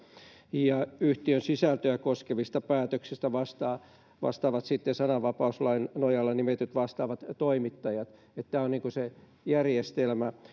ja yhtiön sisältöä koskevista päätöksistä vastaavat vastaavat sitten sananvapauslain nojalla nimetyt vastaavat toimittajat tämä on se järjestelmä